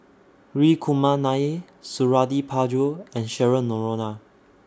Hri Kumar Nair Suradi Parjo and Cheryl Noronha